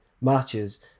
matches